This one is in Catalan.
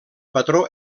patró